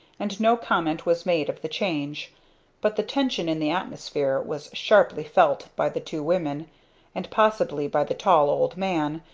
and no comment was made of the change but the tension in the atmosphere was sharply felt by the two women and possibly by the tall old man,